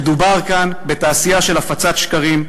מדובר כאן בתעשייה של הפצת שקרים.